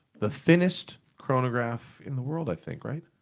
the thinnest chronograph in the world, i think, right?